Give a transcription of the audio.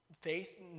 faith